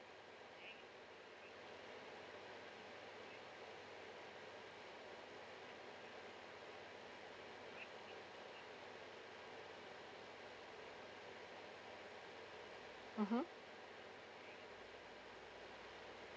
mmhmm